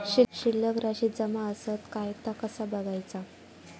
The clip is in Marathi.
शिल्लक राशी जमा आसत काय ता कसा बगायचा?